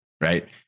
right